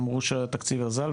אמרו שהתקציב אזל,